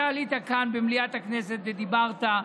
אתה עלית כאן במליאת הכנסת ודיברת.